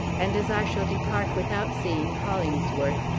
and as i shall depart without seeing hollingsworth,